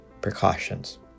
precautions